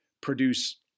produce